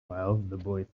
thought